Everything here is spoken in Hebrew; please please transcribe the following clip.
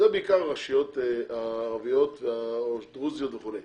זה בעיקר רשויות ערביות ודרוזיות וכו'.